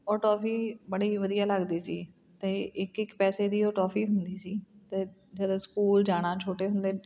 ਉਹ ਟੋਫੀ ਬੜੀ ਵਧੀਆ ਲੱਗਦੀ ਸੀ ਅਤੇ ਇੱਕ ਇੱਕ ਪੈਸੇ ਦੀ ਉਹ ਟੋਫੀ ਹੁੰਦੀ ਸੀ ਅਤੇ ਜਦੋਂ ਸਕੂਲ ਜਾਣਾ ਛੋਟੇ ਹੁੰਦੇ